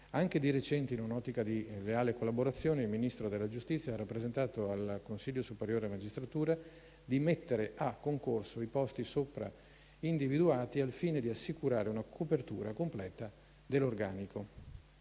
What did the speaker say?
Anche di recente, in un'ottica di leale collaborazione, il Ministro della giustizia ha rappresentato al Consiglio superiore della magistratura di mettere a concorso i posti sopra individuati al fine di assicurare una copertura completa dell'organico.